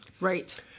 Right